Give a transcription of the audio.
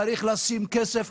צריך לשים כסף.